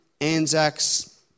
Anzacs